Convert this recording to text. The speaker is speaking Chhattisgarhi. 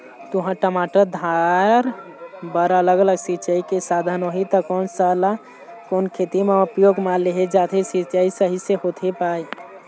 तुंहर, टमाटर, धान बर अलग अलग सिचाई के साधन होही ता कोन सा ला कोन खेती मा उपयोग मा लेहे जाथे, सिचाई सही से होथे पाए?